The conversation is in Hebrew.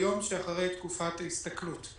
ביום שאחרי תקופת ההסתכלות.